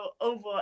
over